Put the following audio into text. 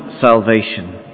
salvation